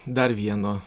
dar vieno